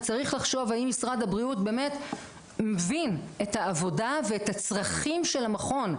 וצריך לחשוב האם משרד הבריאות באמת מבין את העבודה ואת הצרכים של המכון.